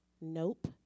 Nope